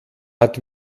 hat